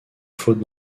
faute